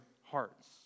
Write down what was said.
hearts